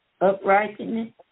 uprightness